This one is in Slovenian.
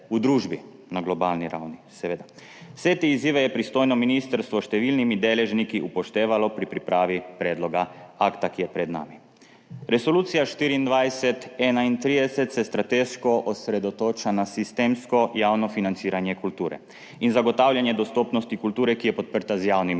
Vse te izzive je pristojno ministrstvo s številnimi deležniki upoštevalo pri pripravi predloga akta, ki je pred nami. Resolucija 2024–2031 se strateško osredotoča na sistemsko javno financiranje kulture in zagotavljanje dostopnosti kulture, ki je podprta z javnimi